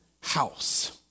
house